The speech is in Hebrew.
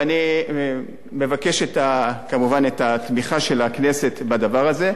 אני מבקש, כמובן, את התמיכה של הכנסת בדבר הזה.